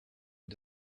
you